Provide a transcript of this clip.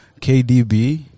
KDB